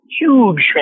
huge